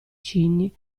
cigni